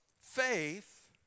faith